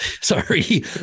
Sorry